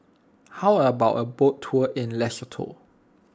how about a boat tour in Lesotho